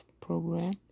program